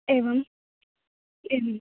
एवम् एवं